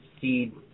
seed